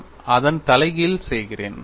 நான் அதன் தலைகீழ் செய்கிறேன்